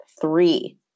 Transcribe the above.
three